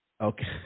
okay